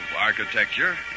architecture